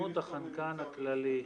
תיקון אחד.